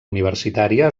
universitària